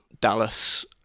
Dallas